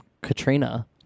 Katrina